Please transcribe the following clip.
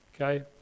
Okay